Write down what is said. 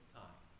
time